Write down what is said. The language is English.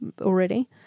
already